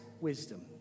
wisdom